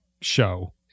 show